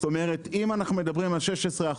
זאת אומרת אם אנחנו מדברים על 16%,